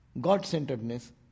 God-centeredness